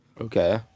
Okay